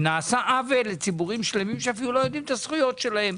נעשה עוול לציבורים שלמים שאפילו לא יודעים את הזכויות שלהם.